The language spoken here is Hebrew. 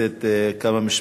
ראשונה.